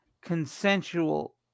consensual